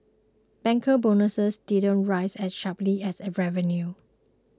banker bonuses didn't rise as sharply as revenue